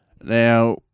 Now